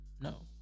no